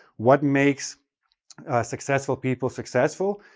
what makes successful people successful?